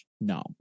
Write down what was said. no